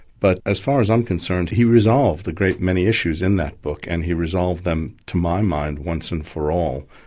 but as far as i'm concerned, he resolved a great many issues in that book, and he resolved them, to my mind, once and for all.